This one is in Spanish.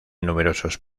numerosos